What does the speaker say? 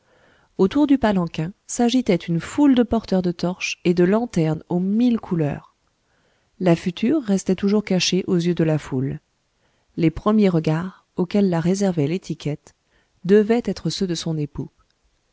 autour du palanquin s'agitait une foule de porteurs de torches et de lanternes aux mille couleurs la future restait toujours cachée aux yeux de la foule les premiers regards auxquels la réservait l'étiquette devaient être ceux de son époux